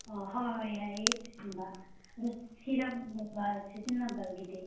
ꯑꯥ ꯍꯣꯏ ꯍꯣꯏ ꯌꯥꯏꯌꯦ ꯁꯤꯒꯨꯝꯕ ꯑꯗꯨ ꯁꯤꯔꯝꯒꯨꯝꯕ ꯁꯤꯖꯤꯟꯅꯕꯒꯤꯗꯤ